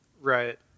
Right